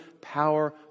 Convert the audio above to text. power